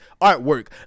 artwork